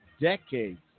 decades